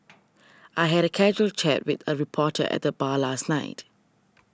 I had a casual chat with a reporter at the bar last night